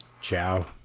Ciao